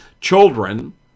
children